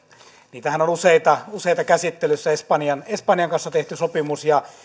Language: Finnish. niitähän on useita useita käsittelyssä espanjan espanjan kanssa tehty sopimus ja